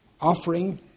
Offering